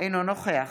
אינו נוכח